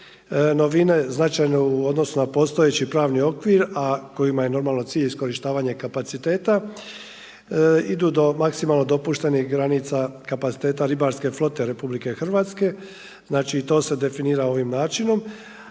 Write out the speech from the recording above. novine značajne u odnosu na postojeći pravni okvir a kojima je normalno cilj iskorištavanje kapaciteta idu do maksimalno dopuštenih granica kapaciteta ribarske flote Republike Hrvatske. Znači i to se definira ovim načinom,